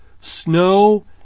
snow